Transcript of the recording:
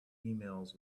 emails